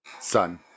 Son